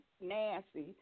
Nancy